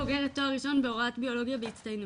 בוגרת תואר ראשון בהוראת ביולוגיה בהצטיינות.